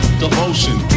devotion